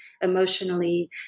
emotionally